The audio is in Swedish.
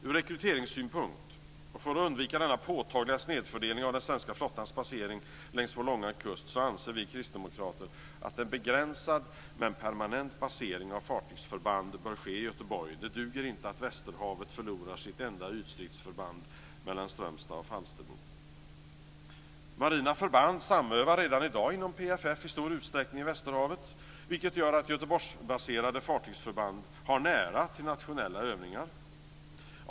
Ur rekryteringssynpunkt och för att undvika denna påtagliga snedfördelning av den svenska flottans basering längs vår långa kust anser vi kristdemokrater att en begränsad men permanent basering av fartygsförband bör ske i Göteborg. Det duger inte att västerhavet förlorar sitt enda ytstridsförband mellan Strömstad och Falsterbo. Marina förband samövar redan i dag inom PFF i stor utsträckning i västerhavet, vilket gör att Göteborgsbaserade fartygsförband har nära till internationella övningar.